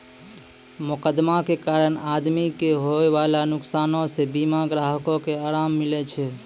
मोकदमा के कारण आदमी के होयबाला नुकसानो से बीमा ग्राहको के अराम मिलै छै